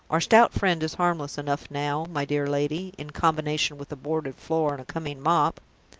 our stout friend is harmless enough now, my dear lady in combination with a boarded floor and a coming mop!